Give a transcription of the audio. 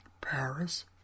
Paris